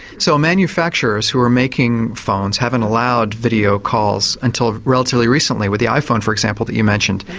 so manufacturers who are making phones haven't allowed video calls until relatively recently, with the iphone for example that you mentioned,